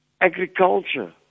agriculture